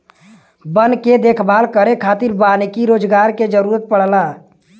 वन के देखभाल करे खातिर वानिकी रोजगार के जरुरत पड़ला